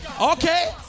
okay